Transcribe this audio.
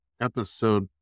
episode